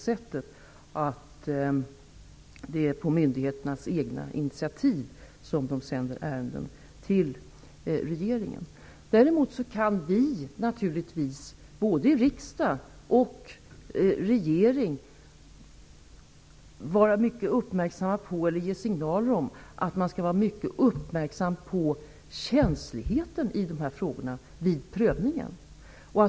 Det är på myndigheternas eget initiativ som ärenden sänds till regeringen. Däremot kan vi naturligtvis, både i riksdag och i regering, vara mycket uppmärksamma på och ge signaler om känsligheten i dessa frågor.